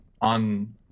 on